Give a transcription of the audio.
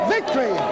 Victory